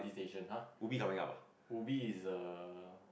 Ubi is coming up ah